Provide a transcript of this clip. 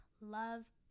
love